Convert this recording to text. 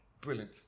brilliant